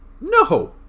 No